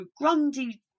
Grundy